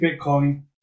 Bitcoin